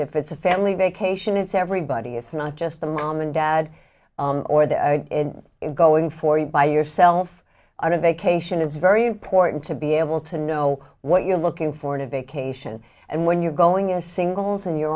if it's a family vacation it's everybody it's not just the mom and dad or the going for you by yourself on a vacation is very important to be able to know what you're looking for in a vacation and when you're going in a singles and you're